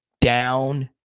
down